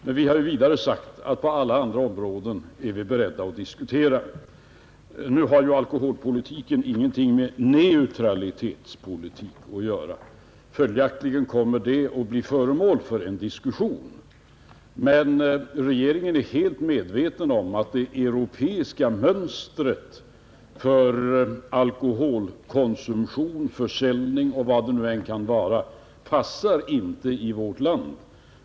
Men vi har sagt att på alla andra områden är vi beredda att diskutera. Nu har ju alkoholpolitiken ingenting med neutralitetspolitiken att göra, och följaktligen kommer den att bli föremål för en diskussion. Men regeringen är helt medveten om att det europeiska mönstret för alkoholkonsumtion, alkoholförsäljning och vad det nu kan vara inte passar i vårt land.